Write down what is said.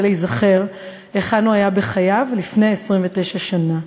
להיזכר היכן הוא היה בחייו לפני 29 שנה,